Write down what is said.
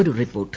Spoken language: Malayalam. ഒരു റിപ്പോർട്ട്